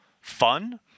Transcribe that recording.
fun